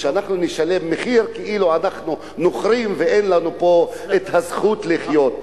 שאנחנו נשלם מחיר כאילו אנחנו נוכרים ואין לנו פה זכות לחיות.